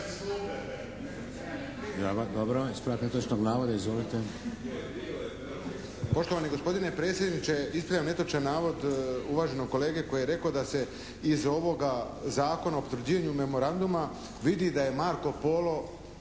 … Dobro, ispravak netočnog navoda. Izvolite. **Kovačević, Pero (HSP)** Poštovani gospodine predsjedniče ispravljam netočan navod uvaženog kolege koji je rekao da se iz ovoga Zakona o potvrđivanju memoranduma vidi da je Marko Polo